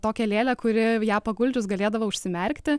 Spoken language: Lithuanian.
tokią lėlę kuri ją paguldžius galėdavo užsimerkti